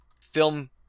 film